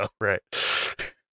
Right